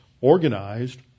organized